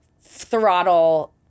throttle